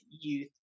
youth